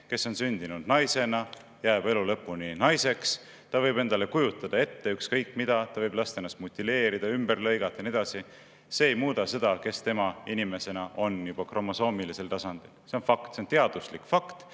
kes on sündinud naisena, jääb elu lõpuni naiseks. Ta võib endale kujutada ette ükskõik mida, ta võib lasta ennast mutileerida, ümber lõigata ja nii edasi – see ei muuda seda, kes ta on inimesena kromosoomilisel tasandil. See on fakt, see on teaduslik fakt,